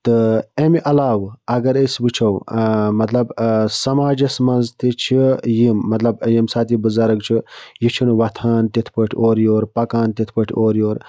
تہٕ اَمہِ عَلاوٕ اَگر أسۍ وٕچھو مَطلَب سَماجَس مَنٛز تہِ چھِ یِم مَطلَب ییٚمہِ ساتہٕ یہِ بُزَرٕگ چھُ یہِ چھُنہٕ وۄتھان تِتھ پٲٹھۍ اورٕ یورٕ پَکان تِتھ پٲٹھۍ اورٕ یورٕ